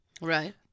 right